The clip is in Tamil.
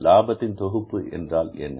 லாபத்தின் தொகுப்பு என்றால் என்ன